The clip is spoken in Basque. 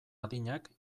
adinak